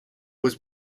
was